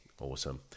Awesome